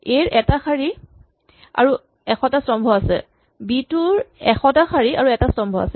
এ ৰ এটা শাৰী আৰু এশটা স্তম্ভ আছে আৰু বি ৰ এশটা শাৰী আৰু এটা স্তম্ভ আছে